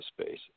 space